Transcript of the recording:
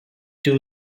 two